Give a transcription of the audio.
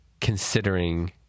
considering